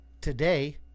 Today